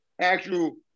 Actual